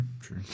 true